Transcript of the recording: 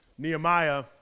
Nehemiah